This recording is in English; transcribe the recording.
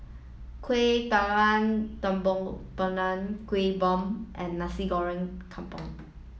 Kueh Talam Tepong Pandan Kueh Bom and Nasi Goreng Kampung